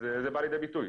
וזה בא לידי ביטוי.